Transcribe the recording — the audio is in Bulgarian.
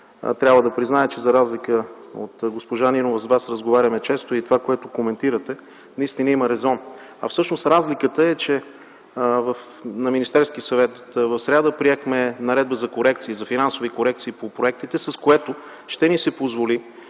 трябва да призная, че за разлика от госпожа Нинова, с Вас разговаряме често и това, което коментирате, наистина има резон. Всъщност разликата е, че на Министерския съвет в сряда приехме Наредба за финансови корекции по проектите, с което ще ни се позволи